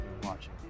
Watching